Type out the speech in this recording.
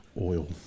Oil